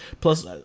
Plus